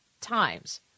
times